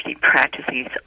practices